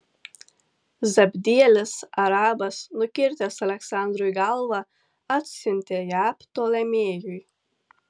zabdielis arabas nukirtęs aleksandrui galvą atsiuntė ją ptolemėjui